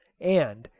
and,